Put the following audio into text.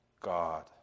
God